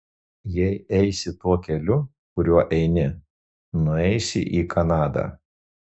jei eisi tuo keliu kuriuo eini nueisi į kanadą